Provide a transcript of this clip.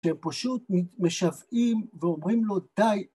פשוט משוועים ואומרים לו די